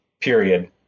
period